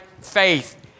faith